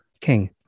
king